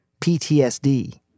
PTSD